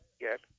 get